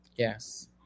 Yes